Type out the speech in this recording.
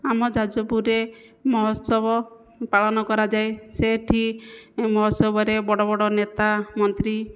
ଆମ ଯାଜପୁରରେ ମହୋତ୍ସବ ପାଳନ କରାଯାଏ ସେଠି ମହୋତ୍ସବରେ ବଡ଼ବଡ଼ ନେତା ମନ୍ତ୍ରୀ